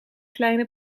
kleine